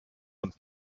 und